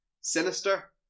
Sinister